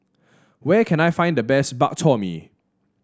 where can I find the best Bak Chor Mee